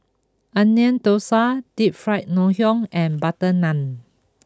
Onion Thosai Deep Fried Ngoh Hiang and Butter Naan